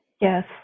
Yes